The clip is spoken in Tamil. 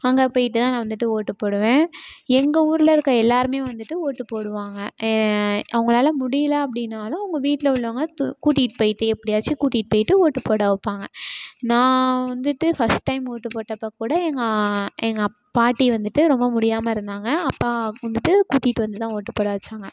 அங்கே போய்விட்டு தான் நான் வந்துட்டு ஓட்டு போடுவேன் எங்கள் ஊரில் இருக்கற எல்லாேருமே வந்துட்டு ஓட்டு போடுவாங்க அவங்களால முடியலை அப்படின்னாலும் அவங்க வீட்டில் உள்ளவங்க தூ கூட்டிகிட்டு போய்விட்டு எப்படியாச்சும் கூட்டிகிட்டு போய்விட்டு ஓட்டு போட வைப்பாங்க நான் வந்துட்டு ஃபர்ஸ்ட் டைம் ஓட்டு போட்டப்போ கூட எங்கள் எங்கள் அப் பாட்டி வந்துட்டு ரொம்ப முடியாமல் இருந்தாங்க அப்பா வந்துட்டு கூட்டிகிட்டு வந்து தான் ஓட்டு போட வைச்சாங்க